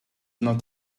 not